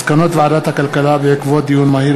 מסקנות ועדת הכלכלה בעקבות דיון מהיר